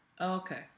Okay